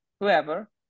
whoever